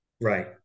Right